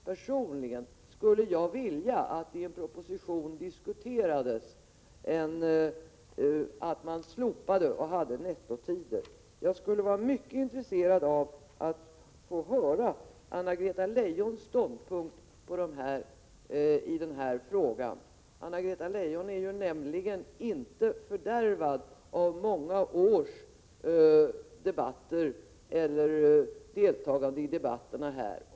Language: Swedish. Personligen skulle jag vilja att det i en proposition diskuterades att man slopade den villkorliga frigivningen och hade nettotider. Jag skulle vara mycket intresserad av att få höra Anna-Greta Leijons ståndpunkt i den här frågan. Anna-Greta Leijon är nämligen inte fördärvad av många års deltagande i debatterna här.